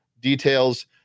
details